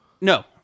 no